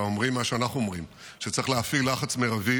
אומרים מה שאנחנו אומרים: שצריך להפעיל לחץ מרבי